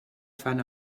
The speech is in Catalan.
fan